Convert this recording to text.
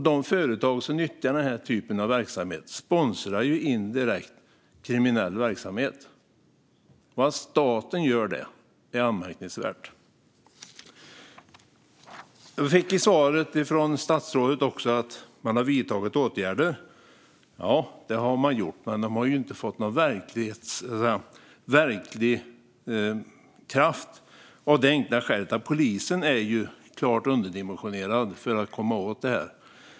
De företag som nyttjar den här typen av verksamhet sponsrar indirekt kriminell verksamhet, och att staten gör det är anmärkningsvärt. Statsrådet säger i svaret att man har vidtagit åtgärder. Ja, det har man gjort, men de har inte fått någon verklig kraft - av det enkla skälet att polisen är klart underdimensionerad när det gäller att komma åt det här.